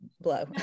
blow